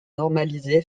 normalisé